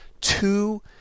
Two